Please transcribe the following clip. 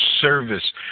service